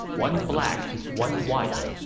one black, one white.